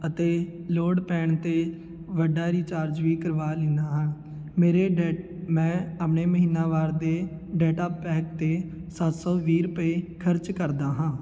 ਅਤੇ ਲੋੜ ਪੈਣ 'ਤੇ ਵੱਡਾ ਰੀਚਾਰਜ ਵੀ ਕਰਵਾ ਲੈਂਦਾ ਹਾਂ ਮੇਰੇ ਡੈ ਮੈਂ ਆਪਣੇ ਮਹੀਨਾਵਾਰ ਦੇ ਡਾਟਾ ਪੈਕ 'ਤੇ ਸੱਤ ਸੌ ਵੀਹ ਰੁਪਏ ਖ਼ਰਚ ਕਰਦਾ ਹਾਂ